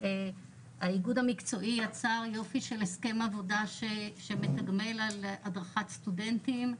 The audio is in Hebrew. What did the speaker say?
האיגוד המקצועי יצר יופי של הסכם עבודה שמתגמל על הדרכת סטודנטים,